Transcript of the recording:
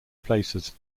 places